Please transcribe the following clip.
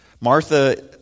Martha